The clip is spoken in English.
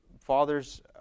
father's